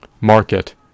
market